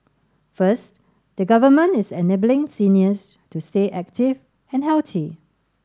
first the Government is enabling seniors to stay active and healthy